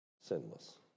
sinless